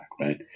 right